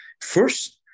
first